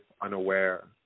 unaware